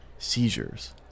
seizures